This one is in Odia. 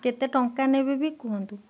କେତେ ଟଙ୍କା ନେବେ ବି କୁହନ୍ତୁ